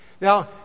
Now